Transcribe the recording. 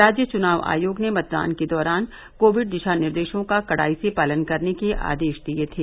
राज्य चुनाव आयोग ने मतदान के दौरान कोविड दिशा निर्देशों का कड़ाई से पालन करने के आदेश दिये थे